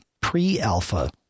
pre-alpha